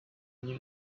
mnie